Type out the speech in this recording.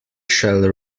shall